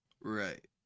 Right